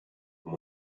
and